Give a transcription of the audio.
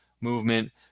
movement